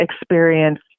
experience